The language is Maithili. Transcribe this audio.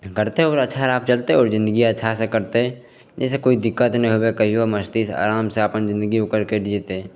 करतै ओ अच्छा राह चलतै जिन्दगी अच्छासे कटतै जाहिसे कोइ दिक्कत नहि होबै कहिओ मस्तीसे आरामसे अपन जिनगी ओकर कटि जएतै